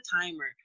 timer